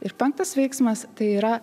ir penktas veiksmas tai yra